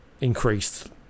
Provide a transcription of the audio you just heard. increased